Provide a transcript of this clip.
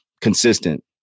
consistent